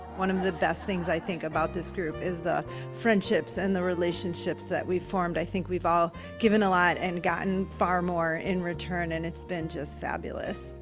one of the best things i think about this group is the friendships and the relationships that we've formed. i think we've all given a lot and gotten far more in return and it's been just fabulous.